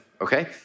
okay